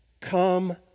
Come